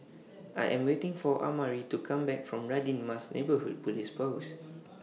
I Am waiting For Amari to Come Back from Radin Mas Neighbourhood Police Post